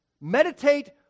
Meditate